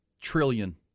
trillion